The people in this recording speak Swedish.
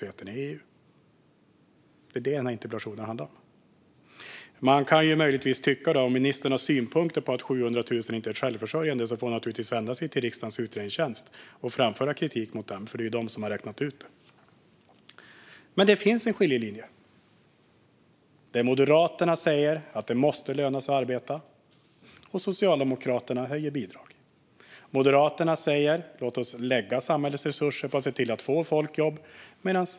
Det är det som den här interpellationen handlar om. Ministern har synpunkter på uppgiften om att 700 000 inte är självförsörjande, och man kan tycka att hon då får vända sig till riksdagens utredningstjänst och framföra sin kritik, för det är de som har räknat ut det. Men det finns en skiljelinje. Moderaterna säger att det måste löna sig att arbeta, och Socialdemokraterna höjer bidragen. Moderaterna säger: Låt oss lägga samhällets resurser på att få folk i jobb.